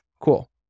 cool